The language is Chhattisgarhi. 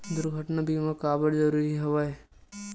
दुर्घटना बीमा काबर जरूरी हवय?